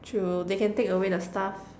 true they can take away the stuff